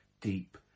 deep